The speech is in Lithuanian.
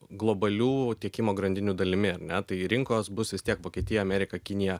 globalių tiekimo grandinių dalimi ar ne tai rinkos bus vis tiek vokietija amerika kinija